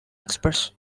express